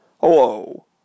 Hello